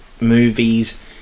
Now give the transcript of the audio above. movies